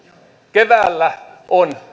keväällä on